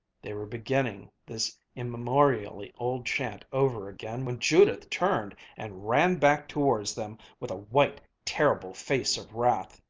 they were beginning this immemorially old chant over again when judith turned and ran back towards them with a white, terrible face of wrath.